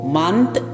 month